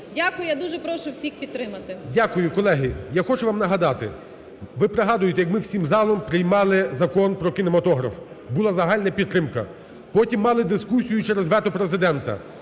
Дякую. Я дуже прошу всіх підтримати.